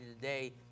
today